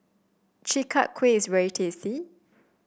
Chi Kak Kuihs very tasty